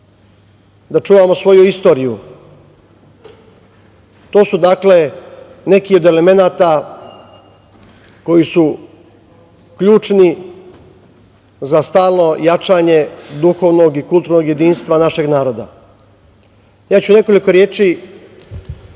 da čuvamo svoju istoriju. To su, dakle, neki od elemenata koji su ključni za stalno jačanje duhovnog i kulturnog jedinstva našeg naroda. Ja ću u nekoliko reči